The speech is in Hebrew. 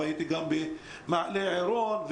והייתי גם במעלה עירון,